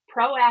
proactive